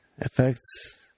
affects